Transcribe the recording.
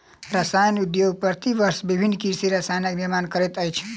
रसायन उद्योग प्रति वर्ष विभिन्न कृषि रसायनक निर्माण करैत अछि